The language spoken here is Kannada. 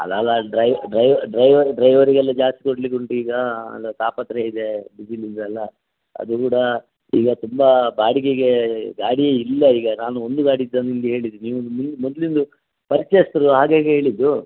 ಅಲ್ಲಲ್ಲಾ ಡ್ರೈವ್ ಡ್ರೈವರ್ ಡ್ರೈವರ್ ಡ್ರೈವರಿಗೆಲ್ಲಾ ಜಾಸ್ತಿ ಕೊಡಲಿಕ್ಕುಂಟು ಈಗ ಹಾಂ ತಾಪತ್ರಯ ಇದೆ ಡಿಸಿಲಿಂದು ಎಲ್ಲ ಅದು ಕೂಡ ಈಗ ತುಂಬ ಬಾಡಿಗೆಗೇ ಗಾಡಿಯೆಯಿಲ್ಲಾ ಈಗ ನಾನು ಒಂದು ಗಾಡಿ ಇದ್ದದ್ದು ನಿಮಗೆ ಹೇಳಿದೆ ನೀವು ನೀವು ಮೊದಲಿಂದು ಪರಿಚಯಸ್ಥರು ಹಾಗಾಗಿ ಹೇಳಿದ್ದು